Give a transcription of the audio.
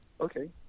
okay